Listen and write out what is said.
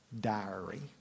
diary